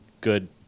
good